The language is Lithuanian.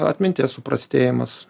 atminties suprastėjimas